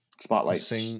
Spotlight